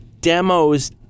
demos